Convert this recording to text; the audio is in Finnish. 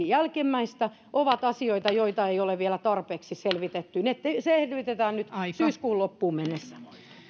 jälkimmäistä ovat asioita joita ei ole vielä tarpeeksi selvitetty ne selvitetään nyt syyskuun loppuun mennessä